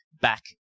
back